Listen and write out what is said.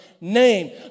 name